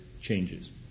changes